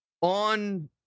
on